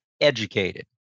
educated